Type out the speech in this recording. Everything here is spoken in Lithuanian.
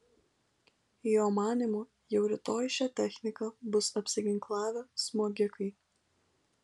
jo manymu jau rytoj šia technika bus apsiginklavę smogikai